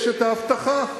יש ההבטחה,